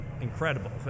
incredible